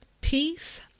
peace